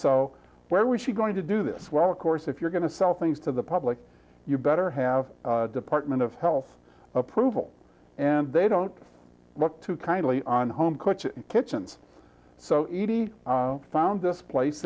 so where was she going to do this well of course if you're going to sell things to the public you better have department of health approval and they don't look too kindly on home cooks kitchens so found this place